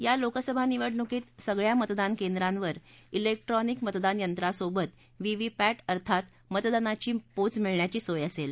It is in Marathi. या लोकसभा निवडणुकीत सगळ्या मतदान केंद्रांवर ब्रैक्ट्रॉनिक मतदान यंत्रासेबत व्हीव्हीपर्टअर्थात मतदानाची पोच मिळण्याची सोय असेल